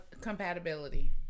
Compatibility